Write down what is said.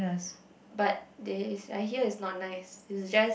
but they is I hear is not nice is just